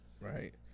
Right